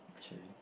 okay